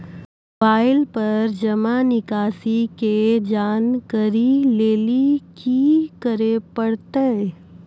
Mobile पर जमा निकासी के जानकरी लेली की करे परतै?